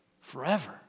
forever